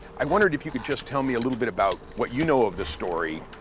i wondered if you could just tell me a little bit about what you know of the story.